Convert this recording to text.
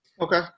Okay